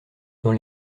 dans